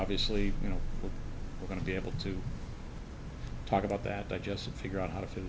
obviously you know we're going to be able to talk about that i just figure out how to